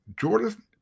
Jordan